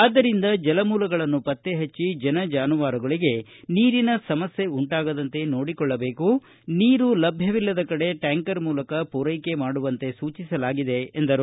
ಆದ್ದರಿಂದ ಜಲಮೂಲಗಳನ್ನು ಪತ್ತೆ ಹಚ್ಚಿ ಜನ ಜಾನುವಾರುಗಳಿಗೆ ನೀರಿನ ಸಮಸ್ಯೆ ಉಂಟಾಗದಂತೆ ನೋಡಿಕೊಳ್ಳಬೇಕು ನೀರು ಲಭ್ಯವಿಲ್ಲದ ಕಡೆ ಟ್ಯಾಂಕರ್ ಮೂಲಕ ಪೂರೈಕೆ ಮಾಡುವಂತೆ ಸೂಚಿಸಲಾಗಿದೆ ಎಂದರು